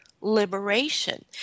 liberation